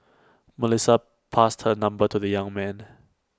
Melissa passed her number to the young man